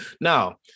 Now